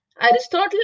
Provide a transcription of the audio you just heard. Aristotle